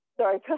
Sorry